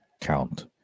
count